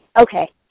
Okay